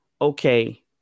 okay